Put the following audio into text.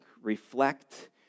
reflect